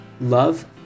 love